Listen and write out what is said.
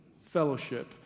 fellowship